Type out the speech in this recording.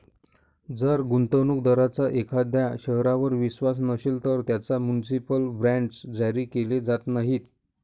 जर गुंतवणूक दारांचा एखाद्या शहरावर विश्वास नसेल, तर त्यांना म्युनिसिपल बॉण्ड्स जारी केले जात नाहीत